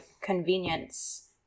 convenience